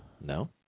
No